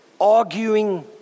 arguing